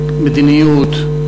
מדיניות,